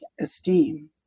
esteem